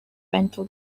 rental